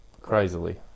crazily